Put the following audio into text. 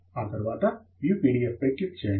ఆ తరువాత view PDF పై క్లిక్ చేయండి